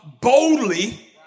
boldly